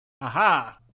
Aha